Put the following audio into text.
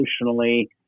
emotionally